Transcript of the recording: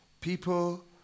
People